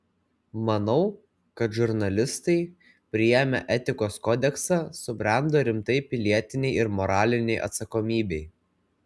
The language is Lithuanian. manau kad žurnalistai priėmę etikos kodeksą subrendo rimtai pilietinei ir moralinei atsakomybei